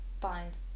find